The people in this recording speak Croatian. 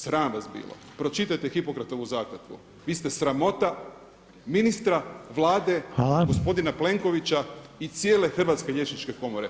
Sram vas bilo, pročitajte Hipokratovu zakletvu, vi ste sramota ministra Vlade gospodina Plenkovića i cijele Hrvatske liječničke komore.